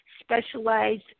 specialized